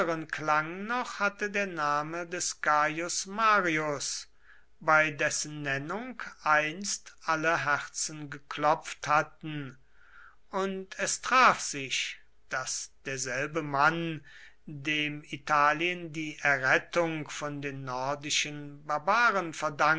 klang noch hatte der name des gaius marius bei dessen nennung einst alle herzen geklopft hatten und es traf sich daß derselbe mann dem italien die errettung von den nordischen barbaren